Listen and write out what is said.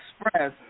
express